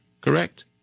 correct